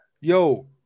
Yo